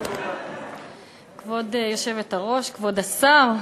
כבוד היושבת-ראש, כבוד השר,